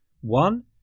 One